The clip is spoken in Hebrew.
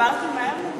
דיברתי מהר מדי.